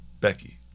Becky